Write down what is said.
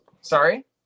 sorry